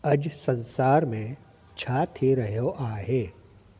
अॼु संसार में छा थी रहियो आहे